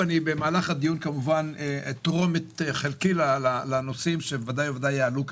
במהלך הדיון כמובן אתרום את חלקי לנושאים שבוודאי יעלו כאן.